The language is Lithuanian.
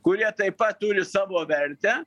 kurie taip pat turi savo vertę